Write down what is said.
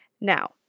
Now